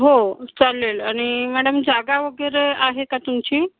हो चालेल आणि मॅडम जागा वगैरे आहे का तुमची